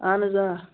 اَہَن حظ آ